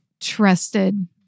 trusted